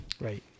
Right